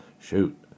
Shoot